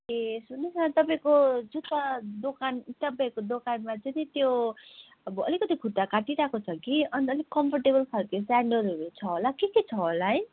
ए सुन्नुहोस् न तपाईँको जुत्ता दोकान तपाईँको दोकानमा चाहिँ नि त्यो अब अलिकति खुट्टा काटिरहेको छ कि अन्त अलि कम्फोर्टेबल खालको स्यान्डलहरू छ होला के के छ होला है